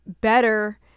better